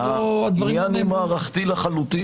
העניין הוא מערכתי לחלוטין.